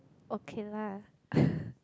okay lah